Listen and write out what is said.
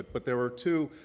but there are two